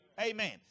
Amen